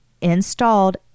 installed